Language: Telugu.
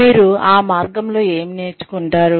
మీరు ఆ మార్గం లో ఏమి నేర్చుకుంటారు